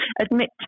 admit